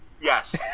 Yes